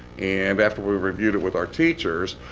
and after we reviewed it with our teachers,